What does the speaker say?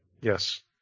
Yes